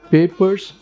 Papers